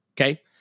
okay